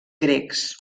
grecs